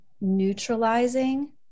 neutralizing